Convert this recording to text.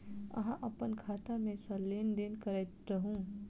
अहाँ अप्पन खाता मे सँ लेन देन करैत रहू?